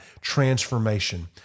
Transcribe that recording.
transformation